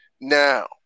Now